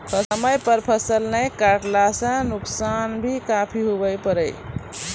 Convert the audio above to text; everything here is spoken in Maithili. समय पर फसल नाय कटला सॅ त नुकसान भी काफी हुए पारै